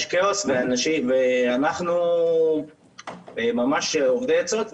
יש כאוס ואנחנו ממש אובדי עצות.